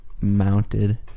mounted